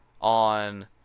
on